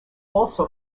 also